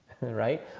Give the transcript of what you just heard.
right